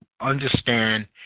understand